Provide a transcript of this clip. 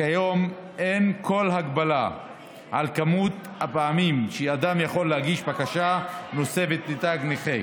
כיום אין כל הגבלה על כמות הפעמים שאדם יכול להגיש בקשה נוספת לתו נכה,